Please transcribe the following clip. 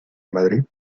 madrid